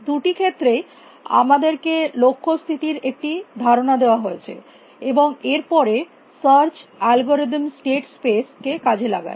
দুটি ক্ষেত্রেই আমাদেরকে লক্ষ্য স্থিতির একটি ধারণা দেওয়া হয়েছে এবং এর পরে সার্চ অ্যালগরিদম স্টেট স্পেস কে কাজে লাগায়